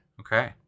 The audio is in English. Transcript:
okay